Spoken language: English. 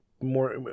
more